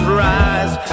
rise